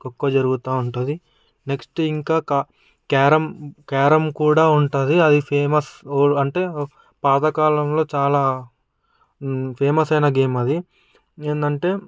ఎక్కువ జరుగుతూ ఉంటుంది నెక్స్ట్ ఇంకా క్యారం క్యారం కూడా ఉంటుంది ఫేమస్ అంటే పాతకాలంలో చాలా ఫేమస్ అయిన గేమ్ అది ఏంటంటే